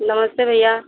नमस्ते भैया